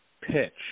pitch